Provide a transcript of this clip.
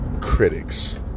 critics